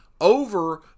over